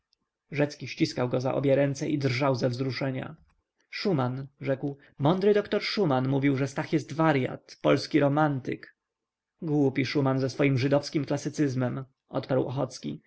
rzecki ściskał go za obie ręce i drżał ze wzruszenia szuman rzekł mądry doktor szuman mówi że stach jest waryat polski romantyk głupi szuman ze swoim żydowskim klasycyzmem odparł ochocki